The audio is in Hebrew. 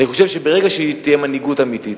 אני חושב שברגע שתהיה מנהיגות אמיתית,